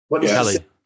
Kelly